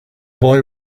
boy